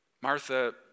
Martha